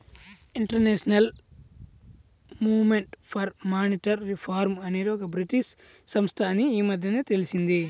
international movement for monetary reform అనేది ఒక British సంస్థ అని ఈ మధ్యనే తెలిసింది